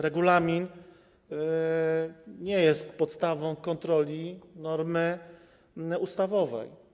Regulamin nie jest podstawą kontroli normy ustawowej.